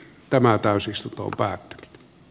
tämä täysistunto päät